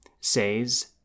says